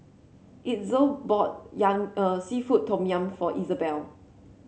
Itzel bought yum seafood Tom Yum for Izabelle